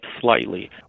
slightly